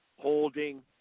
Holding